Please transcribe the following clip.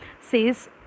says